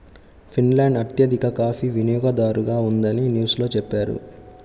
Finland అత్యధిక coffee వినియోగదారుగా ఉందని న్యూస్ లో చెప్పారు